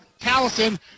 callison